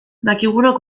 dakigunok